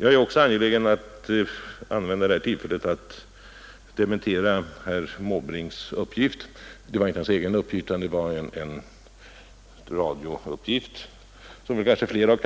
Jag är också angelägen att använda det här tillfället att dementera en radiouppgift som herr Måbrink refererade,